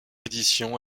édition